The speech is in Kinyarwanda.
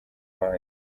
wanjye